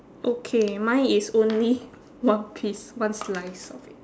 okay mine is only one piece one slice of it